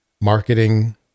marketing